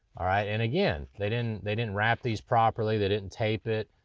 all right, and again, they didn't they didn't wrap these properly, they didn't tape it,